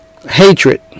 Hatred